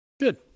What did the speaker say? Good